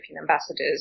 ambassadors